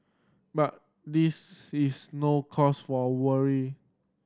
but this is no cause for worry